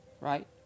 Right